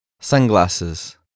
Sunglasses